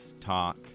talk